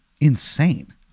insane